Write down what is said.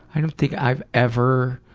i don't think i've ever